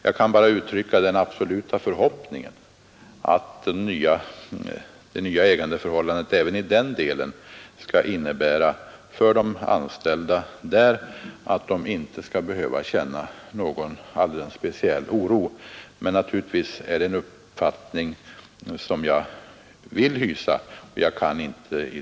Jag kan bara uttrycka den bestämda förhoppningen att det nya ägandeförhållandet även i den delen skall innebära att de anställda inte skall behöva känna någon speciell oro.